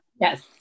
Yes